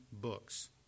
books